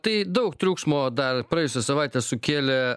tai daug triukšmo dar praėjusią savaitę sukėlė